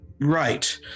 Right